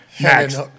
Max